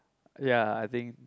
ya I think